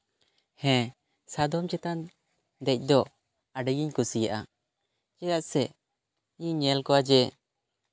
ᱦᱮᱸ ᱥᱟᱫᱚᱢ ᱪᱮᱛᱟᱱ ᱫᱮᱡ ᱫᱚ ᱟᱹᱰᱤᱜᱤᱧ ᱠᱩᱥᱤᱭᱟᱜᱼᱟ ᱪᱮᱫᱟᱜ ᱥᱮ ᱤᱧ ᱧᱮᱞ ᱠᱚᱣᱟ ᱡᱮ